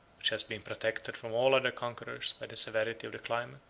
which has been protected from all other conquerors by the severity of the climate,